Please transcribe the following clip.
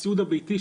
הסיעוד הביתי,